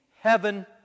heaven